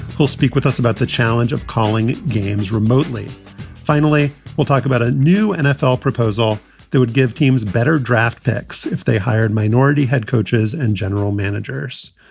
he'll speak with us about the challenge of calling games remotely finally, we'll talk about a new nfl proposal that would give teams better draft picks if they hired minority head coaches and general managers.